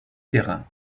terrain